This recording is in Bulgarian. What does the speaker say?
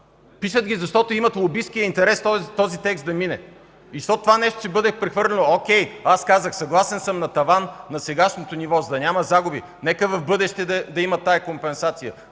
Пишат, защото имат лобистки интерес този текст да мине. Това нещо ще бъде прехвърлено. О`кей, казах, съгласен съм на таван на сегашното ниво, за да няма загуби. Нека в бъдеще да има такава компенсация,